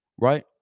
right